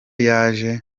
yaje